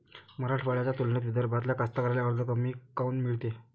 मराठवाड्याच्या तुलनेत विदर्भातल्या कास्तकाराइले कर्ज कमी काऊन मिळते?